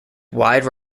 wide